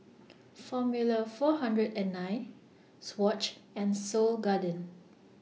Formula four hundred and nine Swatch and Seoul Garden